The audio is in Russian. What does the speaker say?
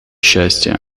счастья